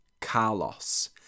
Carlos